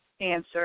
answer